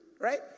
right